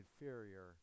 inferior